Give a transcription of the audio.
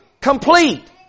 complete